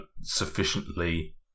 sufficiently